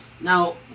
now